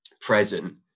present